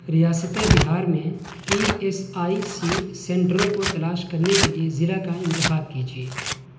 ریاست بہار میں E S I C سینٹروں کو تلاش کرنے کے لیے ضلع کا انتخاب کیجیے